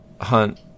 hunt